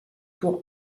tour